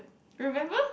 remember